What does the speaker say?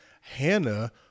Hannah